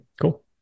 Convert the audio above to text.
Cool